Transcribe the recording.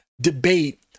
debate